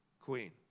queen